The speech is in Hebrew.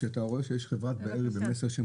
אתה רואה שיש חברה כמו חברת מסר שהיא